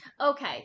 Okay